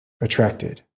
attracted